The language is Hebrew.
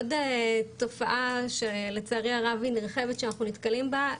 עוד תופעה שלצערי הרב היא נרחבת ואנחנו נתקלים בה,